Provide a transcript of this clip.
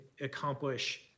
accomplish